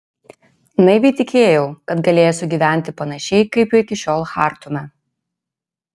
naiviai tikėjau kad galėsiu gyventi panašiai kaip iki šiol chartume